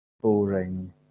boring